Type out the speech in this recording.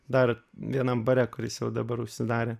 dar vienam bare kuris jau dabar užsidarė